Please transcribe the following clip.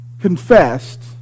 confessed